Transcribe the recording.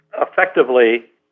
effectively